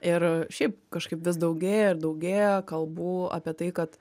ir šiaip kažkaip vis daugėja ir daugėja kalbų apie tai kad